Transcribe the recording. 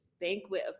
banquet